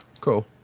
cool